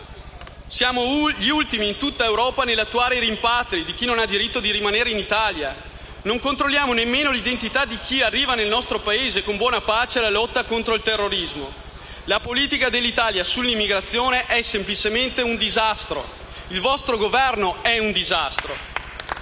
Siamo gli ultimi in tutta Europa nell'attuare i rimpatri di chi non ha diritto di rimanere in Italia e non controlliamo nemmeno l'identità di chi arriva nel nostro Paese, con buona pace della lotta contro il terrorismo. La politica dell'Italia sull'immigrazione è semplicemente un disastro. Il vostro Governo è un disastro.